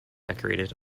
decorated